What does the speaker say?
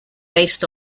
based